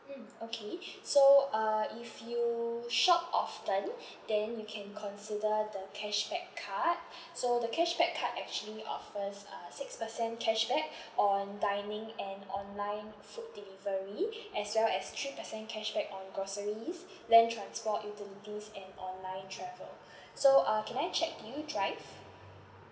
mm okay so uh if you shop often then you can consider the cashback card so the cashback card actually offers uh six percent cashback on dining and online food delivery as well as three percent cashback on groceries land transport utilities and online travel so uh can I check do you drive